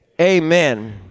amen